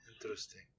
interesting